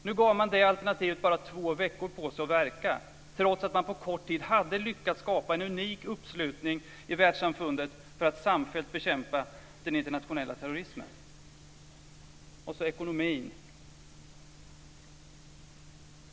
Nu gav man bara det alternativet två veckor på sig att verka trots att man på kort tid hade lyckats skapa en unik uppslutning i världssamfundet för att samfällt bekämpa den internationella terrorismen. Sedan ska jag övergå till ekonomin.